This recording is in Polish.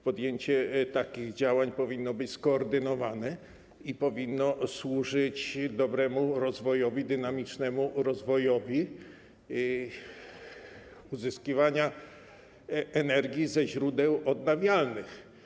Podjęcie takich działań powinno być skoordynowane i powinno służyć dobremu, dynamicznemu rozwojowi uzyskiwania energii ze źródeł odnawialnych.